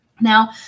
Now